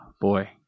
boy